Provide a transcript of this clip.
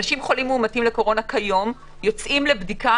אנשים חולים מאומתים לקורונה כיום יוצאים לבדיקה